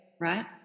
Right